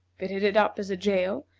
fitted it up as a jail,